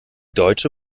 deutsche